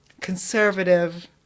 conservative